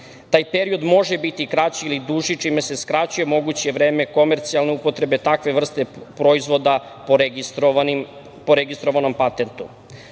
period može biti kraći ili duži, čime se skraćuje moguće vreme komercijalne upotrebe takve vrste proizvoda po registrovanom